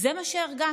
זה מה שהרגשתי.